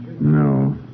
No